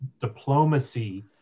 diplomacy